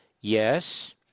Yes